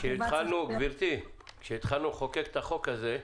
כשהתחלנו לחוקק את החוק הזה,